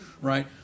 Right